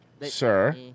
Sir